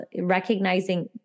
recognizing